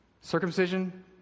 Circumcision